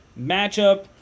matchup